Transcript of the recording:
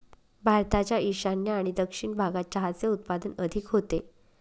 भारताच्या ईशान्य आणि दक्षिण भागात चहाचे उत्पादन अधिक होते